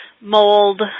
mold